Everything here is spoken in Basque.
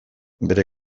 bere